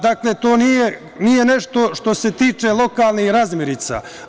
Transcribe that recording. Dakle, to nije nešto što se tiče lokalnih razmirica.